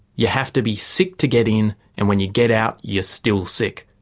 you have to be sick to get in and when you get out you're still sick.